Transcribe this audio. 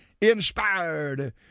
inspired